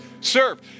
Serve